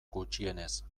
gutxienez